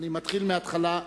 אני מתחיל מהתחלה.